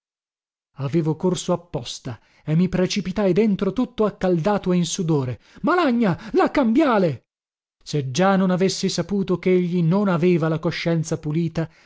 avevo corso apposta e mi precipitai dentro tutto accaldato e in sudore malagna la cambiale se già non avessi saputo chegli non aveva la coscienza pulita